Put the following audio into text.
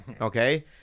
Okay